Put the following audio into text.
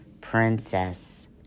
princess